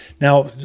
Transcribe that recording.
Now